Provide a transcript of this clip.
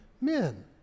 men